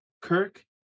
Kirk